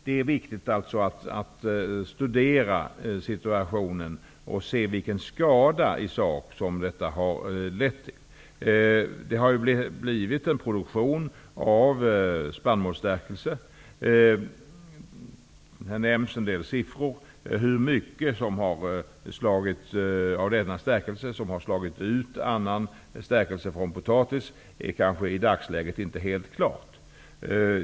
Det är viktigt att studera situationen och att se vilken skada i sak som dessa tolkningar har lett till. Det har blivit en produktion av spannmålsstärkelse. Här har det nämnts en del siffror. Hur stor mängd av denna stärkelse som har slagit ut stärkelse från potatis är kanske i dagsläget inte helt klart.